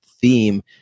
theme